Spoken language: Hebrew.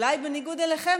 אולי בניגוד אליכם,